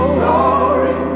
glory